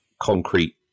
concrete